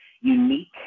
unique